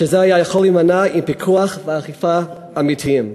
שזה היה יכול להימנע עם פיקוח ואכיפה אמיתיים.